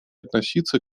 относиться